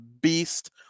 beast